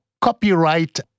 Copyright